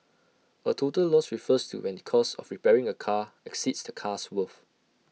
A total loss refers to when the cost of repairing A car exceeds the car's worth